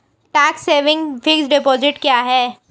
Tax saving fixed deposit क्या है?